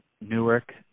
Newark